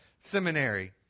seminary